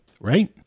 right